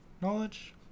knowledge